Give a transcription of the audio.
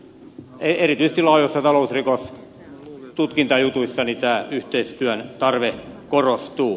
erityisesti laajoissa talousrikostutkintajutuissa tämä yhteistyön tarve korostuu